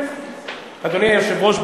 אדוני היושב-ראש,